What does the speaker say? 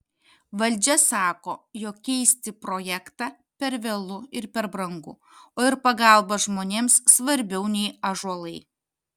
valdžia sako jog keisti projektą per vėlu ir per brangu o ir pagalba žmonėms svarbiau nei ąžuolai